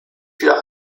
für